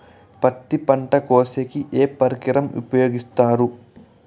పత్తి పంట కోసేకి ఏ పరికరం ఉపయోగిస్తారు?